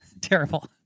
terrible